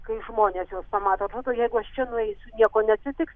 kai žmonės juos pamato atrodo jeigu aš čia nueisiu nieko neatsitiks